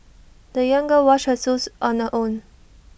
the young girl washed her shoes on her own